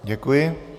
Děkuji.